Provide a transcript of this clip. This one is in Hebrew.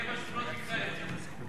כשתהיה בשכונות תקרא לי.